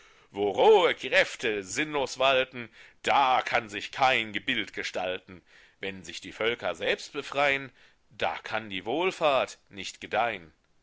wo rohe kräfte sinnlos walten da kann sich kein gebild gestalten wenn sich die völker selbst befrein da kann die wohlfahrt nicht gedeihn